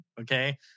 okay